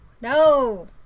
No